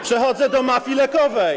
Przechodzę do mafii lekowej.